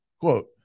Quote